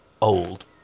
Old